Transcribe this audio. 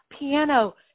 piano